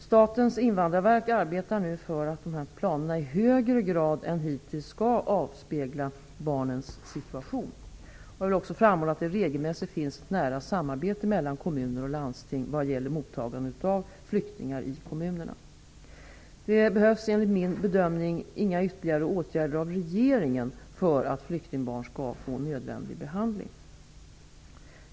Statens invandrarverk arbetar nu för att dessa planer i högre grad än hittills skall avspegla barnens situation. Jag vill också framhålla att det regelmässigt finns ett nära samarbete mellan kommuner och landsting vad gäller mottagandet av flyktingar i kommunerna. Det behövs, enligt min bedömning, inga ytterligare åtgärder av regeringen för att flyktingbarn skall få nödvändig behandling.